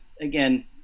again